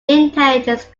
intelligence